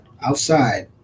outside